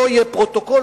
לא יהיה פרוטוקול,